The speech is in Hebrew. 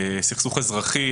סכסוך אזרחי.